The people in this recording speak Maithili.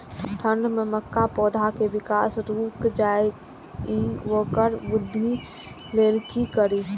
ठंढ में मक्का पौधा के विकास रूक जाय इ वोकर वृद्धि लेल कि करी?